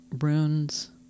runes